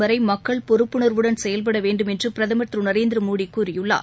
வரைமக்கள் ழ பொறுப்புணர்வுடன் செயல்படவேண்டும் என்றுபிரதமர் திருநரேந்திரமோடிகூறியுள்ளார்